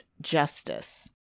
justice